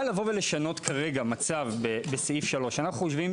אבל כרגע לשנות מצב בסעיף 3 לדעתנו,